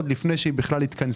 עוד לפני שהיא התכנסה.